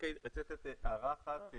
רק הערה אחת,